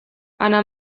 ana